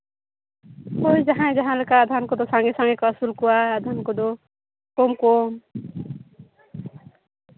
ᱦᱳᱭ ᱡᱟᱦᱟᱸᱭ ᱡᱟᱦᱟᱸᱞᱮᱠᱟ ᱟᱫᱷᱟᱢ ᱠᱚᱫᱚ ᱥᱟᱸᱜᱮ ᱥᱟᱸᱜᱮ ᱠᱚ ᱟᱹᱥᱩᱞ ᱠᱚᱣᱟ ᱟᱫᱷᱟᱱ ᱠᱚᱫᱚ ᱠᱚᱢ ᱠᱚᱢ